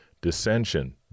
dissension